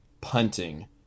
punting